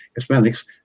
Hispanics